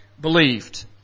believed